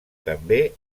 també